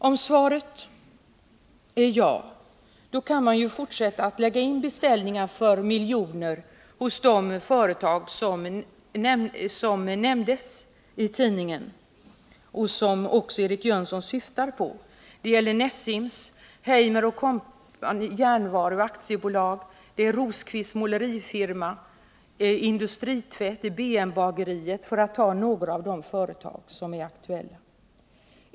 Om svaret är ja — då kan man ju fortsätta att lägga in beställningar för miljoner kronor hos de företag som nämndes i tidningen och som Eric Jönsson syftade på. Det gäller Nessims, Heimer & Co Järnvaru AB, Rosqvists Målerifirma, Industritvätt och BN-bageriet, för att nämna några av de företag som är aktuella.